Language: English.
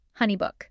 HoneyBook